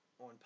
on